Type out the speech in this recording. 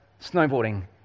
snowboarding